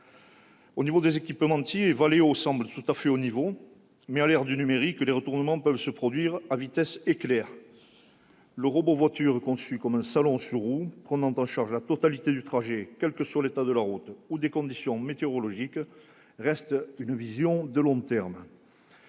concerne les équipementiers, Valeo semble tout à fait au niveau, mais, à l'ère du numérique, les retournements peuvent se produire à la vitesse de l'éclair. Le robot-voiture, conçu comme un salon sur roues assumant la totalité du trajet, quels que soient l'état de la route ou les conditions météorologiques, reste une perspective de long terme.